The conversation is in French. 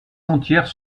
entières